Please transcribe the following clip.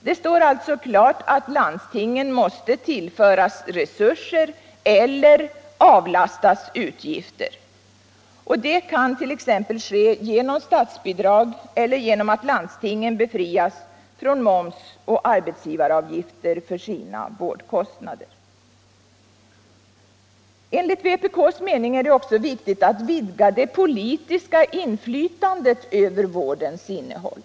Det står alltså klart att landstingen måste tillföras resurser eller avlastas utgifter. Detta kan exempelvis ske genom statsbidrag eller genom att landstingen befrias från moms och arbetsgivaravgifter för sina vårdkostnader. Enligt vpk:s mening är det också viktigt att vidga det politiska inflytandet över vårdens innehåll.